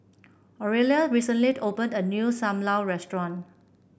Aurelia recently opened a new Sam Lau Restaurant